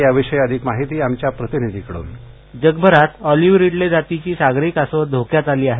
याविषयी अधिक माहिती आमच्या प्रतिनिधीकडून व्हॉइस कास्ट जगभरात ऑलिव्ह रिडले जातीची सागरी कासवं धोक्यात आली आहेत